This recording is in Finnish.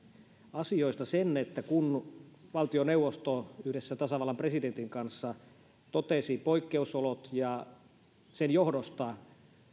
asioista sen että kun valtioneuvosto yhdessä tasavallan presidentin kanssa totesi poikkeusolot ja sen johdosta